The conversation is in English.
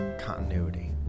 continuity